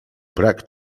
brak